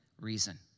reason